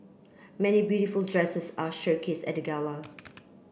many beautiful dresses are showcased at gala